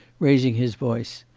raising his voice,